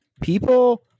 People